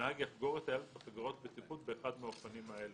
הנהג יחגור את הילד בחגורת בטיחות באחד מהאופנים האלה: